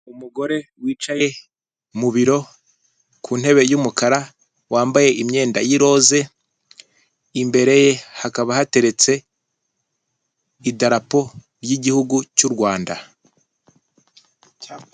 Umugore wicaye mu biro ku ntebe y'umukara wambaye imyenda y'iroze, imbere ye hakaba hateretse idarapo ry; igihugu cy'u Rwanda.